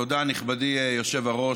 תודה, נכבדי היושב-ראש.